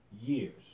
years